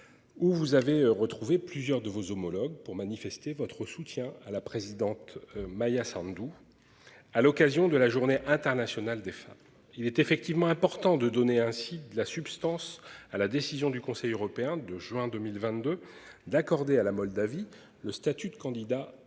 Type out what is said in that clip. Où vous avez retrouvé plusieurs de vos homologues pour manifester votre soutien à la présidente Maia Sandu. À l'occasion de la Journée internationale des femmes. Il est effectivement important de donner un site de la substance à la décision du Conseil européen de juin 2022 d'accorder à la Moldavie le statut de candidat